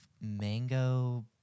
mango